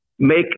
make